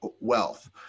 wealth